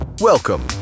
welcome